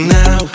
now